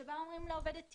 שבה אומרת לעובדת - תראי,